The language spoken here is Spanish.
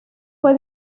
fue